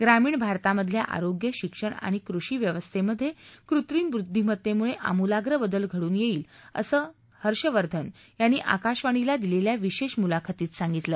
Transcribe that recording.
ग्रामीण भारतामधल्या आरोग्य शिक्षण आणि कृषी व्यवस्थेमध्ये कृत्रिम बुध्दीमत्तेमुळं आमुलाप्र बदल घडून येईल असं हर्षवर्धन यांनी आकाशवाणीला दिलेल्या विशेष मुलाखतीत सांगितलं